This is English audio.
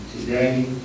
today